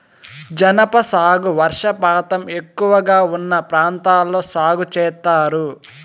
జనప సాగు వర్షపాతం ఎక్కువగా ఉన్న ప్రాంతాల్లో సాగు చేత్తారు